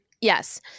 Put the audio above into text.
Yes